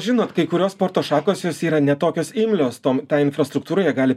žinot kai kurios sporto šakos jos yra ne tokios imlios tom infrastruktūrai jie gali